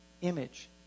image